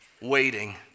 waiting